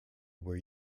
where